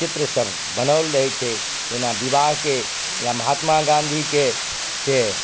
चित्र सब बनाओल रहय छै जेना विवाहके या महात्मा गाँधीके से